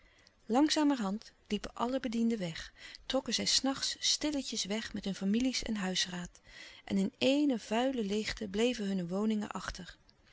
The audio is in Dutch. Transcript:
langzamerhand liepen alle bedienden weg trokken zij s nachts stilletjes weg met hun families en huisraad en in eene vuile leêgte bleven hunne woningen achter